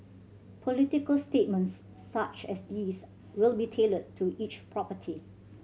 political statements such as these will be tailored to each property